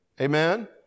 Amen